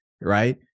right